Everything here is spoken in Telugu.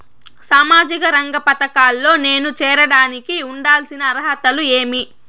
సామాజిక రంగ పథకాల్లో నేను చేరడానికి ఉండాల్సిన అర్హతలు ఏమి?